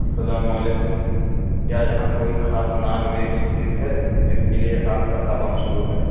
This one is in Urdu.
السلام علیکم کیا یہاں کوئی خاص نان ویج ڈس ہے جس کے لیے آپ کا ڈھابہ مشہور ہے